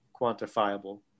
quantifiable